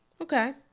Okay